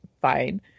fine